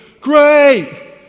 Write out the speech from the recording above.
Great